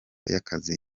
y’akazi